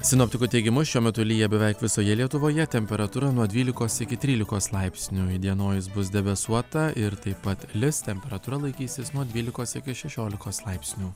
sinoptikų teigimu šiuo metu lyja beveik visoje lietuvoje temperatūra nuo dvylikos iki trylikos laipsnių įdienojus bus debesuota ir taip pat lis temperatūra laikysis nuo dvylikos iki šešiolikos laipsnių